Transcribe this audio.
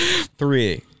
Three